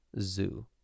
zoo